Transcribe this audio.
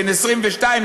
בן 22,